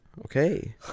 okay